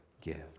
gift